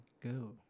Go